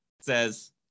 says